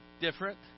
different